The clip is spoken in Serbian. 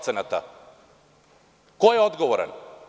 Ko je odgovoran?